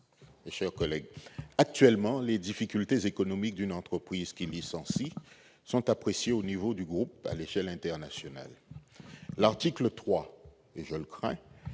et cher collègue actuellement les difficultés économiques d'une entreprise qui licencie sont appréciés au niveau du groupe à l'échelle internationale, l'article 3 et je ne crains